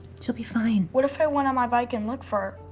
she'll be fine. what if i went on my bike and looked for her?